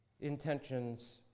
intentions